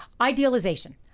idealization